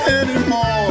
anymore